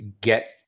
get